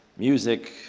music,